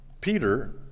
Peter